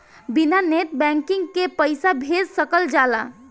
बिना net banking के पईसा भेज सकल जाला?